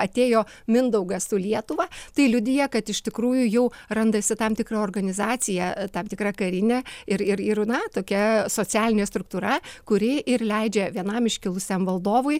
atėjo mindaugas su lietuva tai liudija kad iš tikrųjų jau randasi tam tikra organizacija tam tikra karinė ir ir ir na tokia socialinė struktūra kuri ir leidžia vienam iškilusiam valdovui